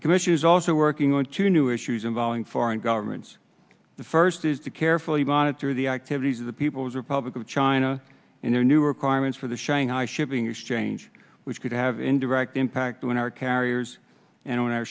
commission is also working on two new issues involving foreign governments the first is to carefully monitor the activities of the people's republic of china in their new requirements for the shanghai shipping exchange which could have indirect impact on our carriers and on our